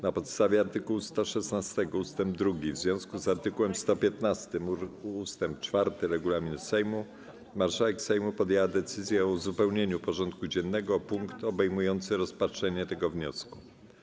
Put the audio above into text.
Na podstawie art. 116 ust. 2 w związku z art. 115 ust. 4 regulaminu Sejmu marszałek Sejmu podjęła decyzję o uzupełnieniu porządku dziennego o punkt obejmujący rozpatrzenie tego wniosku.